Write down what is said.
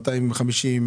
250,